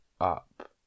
up